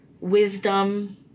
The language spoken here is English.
wisdom